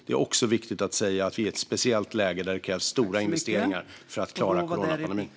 Det är också viktigt att säga att vi är i ett speciellt läge där det krävs stora investeringar för att klara coronapandemin.